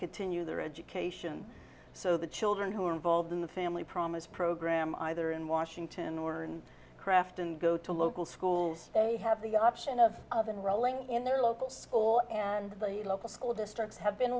continue their education so the children who are involved in the family promise program either in washington or in craft and go to local schools they have the option of of enrolling in their local school and the local school districts have been